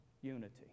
unity